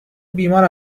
بیمار